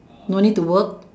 no need to work